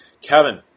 Kevin